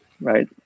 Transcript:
Right